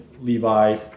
Levi